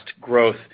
growth